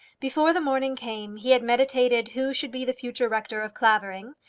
before the morning came he had meditated who should be the future rector of clavering,